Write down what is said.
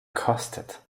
kostet